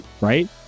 right